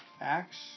Acts